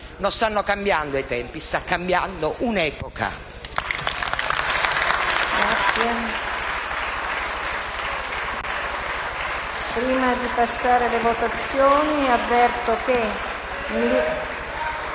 Non stanno cambiando i tempi, sta cambiando un'epoca.